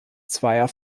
zweier